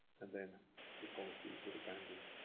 and then the policy was abandoned.